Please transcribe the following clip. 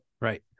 right